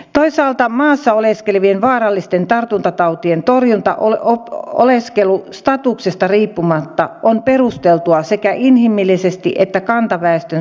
toisaalta maassa oleskelevien vaarallisten tartuntatautien torjunta oleskelustatuksesta riippumatta on perusteltua sekä inhimillisesti että kantaväestön suojelemiseksi